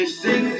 six